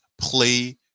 play